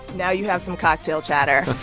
now you have some cocktail chatter.